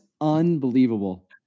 unbelievable